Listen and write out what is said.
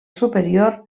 superior